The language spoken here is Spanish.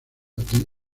the